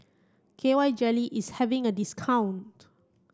K Y jelly is having a discount